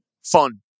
fun